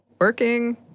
working